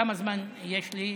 כמה זמן יש לי?